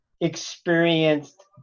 experienced